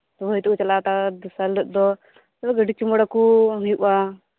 ᱵᱟᱹᱨᱭᱟᱹᱛᱚᱜ ᱠᱩ ᱪᱟᱞᱟᱜ ᱟ ᱛᱟᱨᱫᱚᱥᱟᱨ ᱦᱤᱞᱟᱹᱜ ᱫᱚ ᱜᱤᱰᱤ ᱪᱩᱢᱟᱹᱲᱟ ᱠᱩ ᱦᱩᱭᱩᱜᱼᱟ